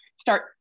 start